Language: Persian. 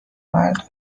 مردم